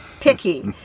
picky